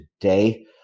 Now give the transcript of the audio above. today